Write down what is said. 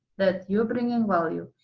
that you're bringing value,